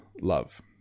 love